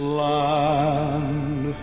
land